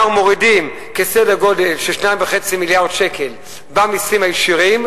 אנחנו מורידים כסדר גודל של 2.5 מיליארד שקל במסים הישירים,